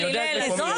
הוא משקר, זה לא אתה.